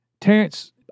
Terrence